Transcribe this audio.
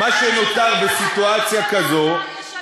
וזה אדם שצריך ב"להב 433"?